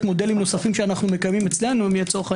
מודלים נוספים שאנו מקיימים אצלנו אם יהיה צורך,